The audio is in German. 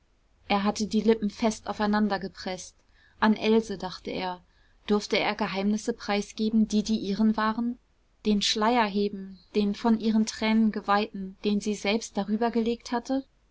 er hatte die lippen fest aufeinander gepreßt an else dachte er durfte er geheimnisse preisgeben die die ihren waren den schleier heben den von ihren tränen geweihten den sie selbst darüber gelegt hatte